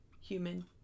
human